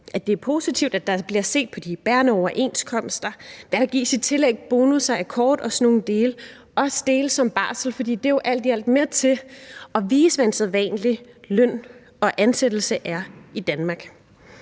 det er positivt, at der bliver set på de bærende overenskomster og på, hvad der gives i tillæg, bonus, akkord og sådan noget, herunder også barsel, for det er jo alt i alt med til at vise, hvad sædvanlige løn- og ansættelsesvilkår er i Danmark.